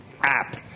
app